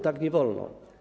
Tak nie wolno.